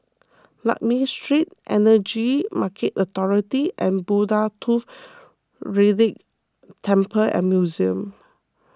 Lakme Street Energy Market Authority and Buddha Tooth Relic Temple and Museum